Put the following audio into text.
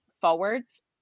forwards